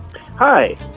Hi